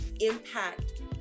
impact